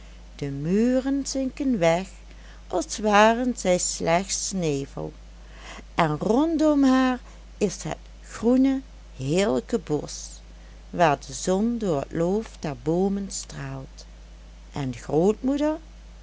de muren zinken weg als waren zij slechts nevel en rondom haar is het groene heerlijke bosch waar de zon door het loof der boomen straalt en